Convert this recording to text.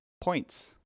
points